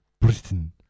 Britain